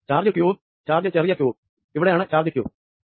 charge Q വും charge ചെറിയ Q വും ഇവിടെയാണ് ചാർജ് Q